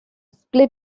split